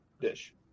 dish